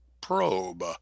Probe